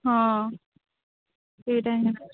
ହଁ ସେଇଟା ହିଁ